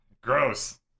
Gross